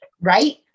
right